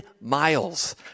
miles